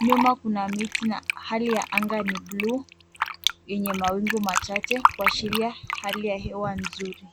Nyuma kuna miti na hali ya anga ni bluu yenye mawingu machache kuashiria hali ya hewa nzuri.